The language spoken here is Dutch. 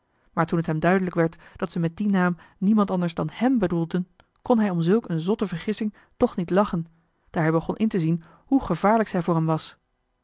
maar toen het hem duidelijk werd dat ze met dien naam niemand anders dan hem bedoelden kon hij om zulk een zotte vergissing toch niet lachen daar hij begon in te zien hoe gevaarlijk zij voor hem was